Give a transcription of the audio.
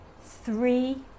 three